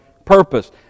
Purpose